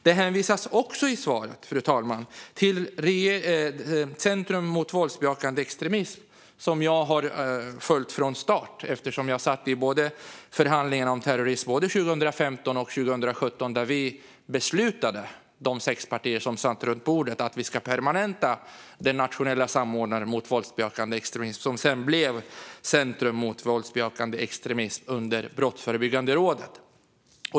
Det hänvisas också i svaret, fru talman, till Center mot våldsbejakande extremism. Jag har följt det från start eftersom jag satt i förhandlingarna om terrorism både 2015 och 2017, då vi, de sex partier som satt runt bordet, beslutade att vi skulle permanenta den nationella samordnaren mot våldsbejakande extremism, som sedan blev Center mot våldsbejakande extremism under Brottsförebyggande rådet.